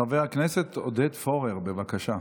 חבר הכנסת עודד פורר, בבקשה.